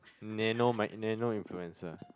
nano mic~ nano influencer